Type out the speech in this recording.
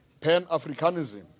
pan-Africanism